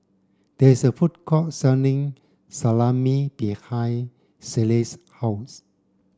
there is a food court selling Salami behind Shelley's house